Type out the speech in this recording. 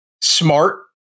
Smart